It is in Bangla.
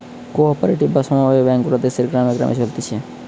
কো অপারেটিভ বা সমব্যায় ব্যাঙ্ক গুলা দেশের গ্রামে গ্রামে চলতিছে